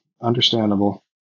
Understandable